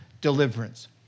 deliverance